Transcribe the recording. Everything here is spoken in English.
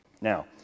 Now